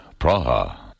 Praha